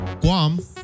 Guam